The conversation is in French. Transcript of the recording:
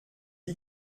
dit